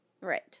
right